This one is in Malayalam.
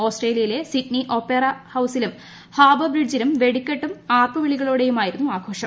ഓസ്ട്രേലിയയിലെ സിഡ്നി ഒപ്പേറ ഹൌസിലും ഹാർബർ ബ്രിഡ്ജിലും വെടിക്കെട്ട് ആർപ്പുവിളികളോടെയായിരുന്നു ആഘോഷം